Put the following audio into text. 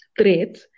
threats